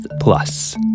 Plus